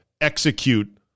execute